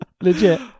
Legit